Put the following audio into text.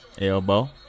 Elbow